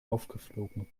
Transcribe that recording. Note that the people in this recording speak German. aufgeflogen